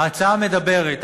ההצעה מדברת,